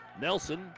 Nelson